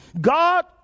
God